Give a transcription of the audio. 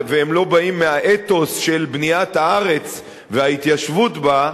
והם לא באים מהאתוס של בניית הארץ וההתיישבות בה,